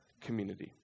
community